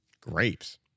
Grapes